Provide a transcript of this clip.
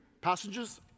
Passengers